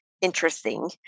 interesting